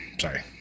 Sorry